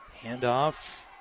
Handoff